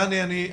דני,